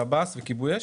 שב"כ וכיבוי אש?